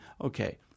okay